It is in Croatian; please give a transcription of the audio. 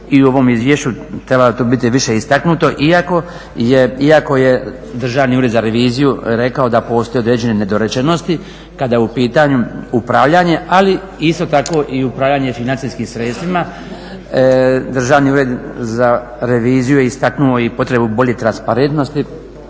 i u ovome izvješću trebalo to biti više istaknuto, iako je Državni ured za reviziju rekao da postoje određene nedorečenosti kada je u pitanju upravljanje, ali isto tako upravljanje financijskim sredstvima Državni ured za reviziju je istaknuo i potrebu bolje transparentnosti